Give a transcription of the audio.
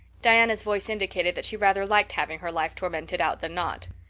diana's voice indicated that she rather liked having her life tormented out than not.